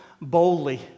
boldly